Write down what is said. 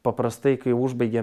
paprastai kai užbaigiam